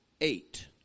Eight